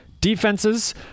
Defenses